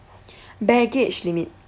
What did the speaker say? baggage limit